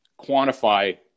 quantify